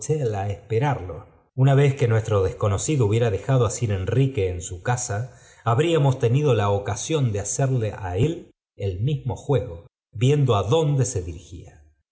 esperarlo una vez que nuestro desconocido hubiera dejado á sir enriquéj en su casa habríamos tenido ocasión de hacedle él el mismo juego viendo adónde se dirigía